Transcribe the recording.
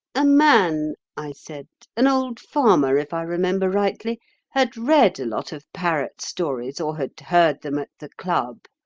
a man, i said an old farmer, if i remember rightly had read a lot of parrot stories, or had heard them at the club.